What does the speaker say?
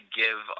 give